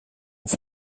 for